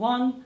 One